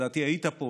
לדעתי היית פה,